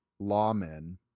lawmen